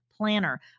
planner